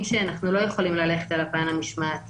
שאנחנו לא יכולים ללכת על הפן המשמעתי,